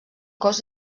cos